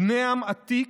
בני עם עתיק,